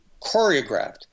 choreographed